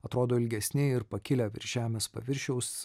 atrodo ilgesni ir pakilę virš žemės paviršiaus